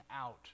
out